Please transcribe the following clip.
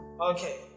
Okay